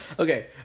Okay